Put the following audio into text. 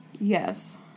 Yes